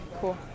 cool